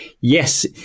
Yes